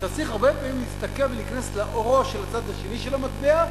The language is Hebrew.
אתה צריך הרבה פעמים להסתכל ולהיכנס לעורו של הצד השני של המטבע,